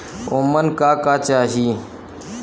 ओमन का का चाही?